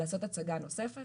לעשות הצגה נוספת.